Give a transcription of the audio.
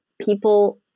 people